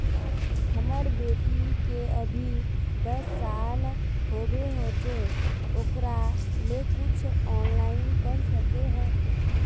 हमर बेटी के अभी दस साल होबे होचे ओकरा ले कुछ ऑनलाइन कर सके है?